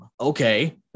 Okay